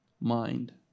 mind